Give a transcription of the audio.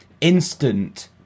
instant